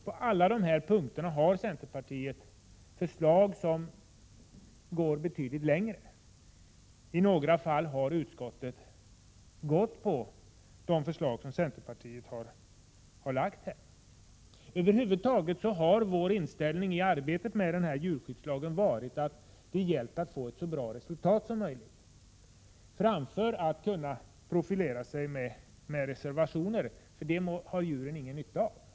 På alla dessa punkter har centerpartiet förslag som går betydligt längre. I några fall har utskottet anslutit sig till de förslag som centerpartiet har väckt. Över huvud taget har vår inställning vid arbetet med denna djurskyddslag varit att vi skall försöka få fram ett så bra resultat som möjligt framför att kunna profilera oss med reservationer, eftersom det inte är till nytta för djuren.